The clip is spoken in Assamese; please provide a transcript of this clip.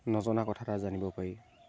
নজনা কথা এটাও জানিব পাৰি